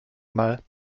mal